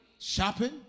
shopping